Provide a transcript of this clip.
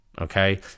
okay